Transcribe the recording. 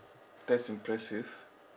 that's impressive